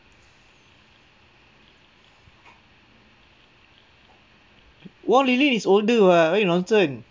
wong lily is older [what] why you nonsense